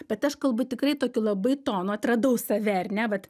bet aš kalbu tikrai tokiu labai tonu atradau save ar ne vat